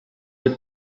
with